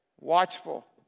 watchful